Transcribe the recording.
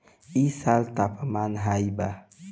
इ साल तापमान हाई बा